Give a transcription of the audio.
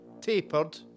tapered